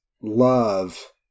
love